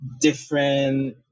different